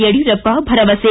ಯಡಿಯೂರಪ್ಪ ಭರವಸೆ